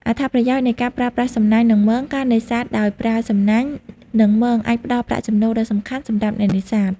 អត្ថប្រយោជន៍នៃការប្រើប្រាស់សំណាញ់ និងមងការនេសាទដោយប្រើសំណាញ់ និងមងអាចផ្តល់ប្រាក់ចំណូលដ៏សំខាន់សម្រាប់អ្នកនេសាទ។